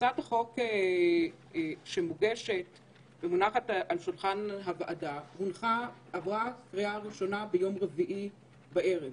הצעת החוק שמונחת על שולחן הוועדה עברה קריאה ראשונה ביום רביעי בערב.